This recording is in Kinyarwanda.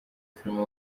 filime